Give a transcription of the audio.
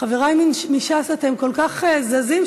חברי מש"ס, אתם כל כך זזים.